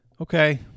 Okay